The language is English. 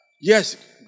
Yes